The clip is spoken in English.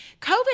COVID